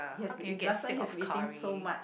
he has been last time he has been eating so much